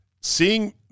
Seeing